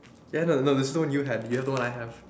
ya no no there's no new ha~ you have the one I have